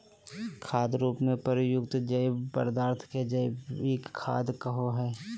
खाद रूप में प्रयुक्त जैव पदार्थ के जैविक खाद कहो हइ